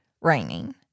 raining